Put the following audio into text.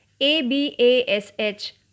A-B-A-S-H